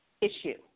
issue